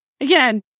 again